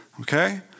Okay